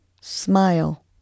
Smile